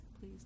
please